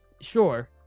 Sure